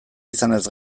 izanez